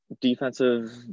defensive